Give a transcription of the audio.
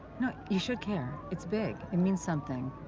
no, you should care, it's big, it means something.